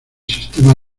sistema